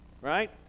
Right